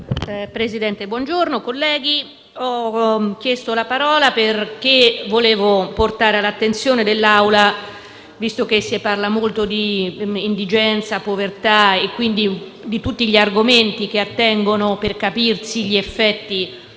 Presidente, colleghi, ho chiesto la parola perché volevo portare all'attenzione dell'Aula, visto che si parla molto di indigenza, di povertà e di tutti gli argomenti che attengono agli effetti